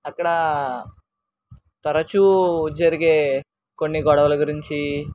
అక్కడ తరచు జరిగే కొన్ని గొడవల గురించి